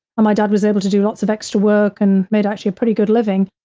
my dad was able to do lots of extra work and made actually a pretty good living.